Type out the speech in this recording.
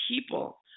people